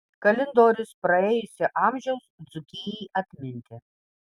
kalendorius praėjusio amžiaus dzūkijai atminti